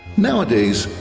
nowadays,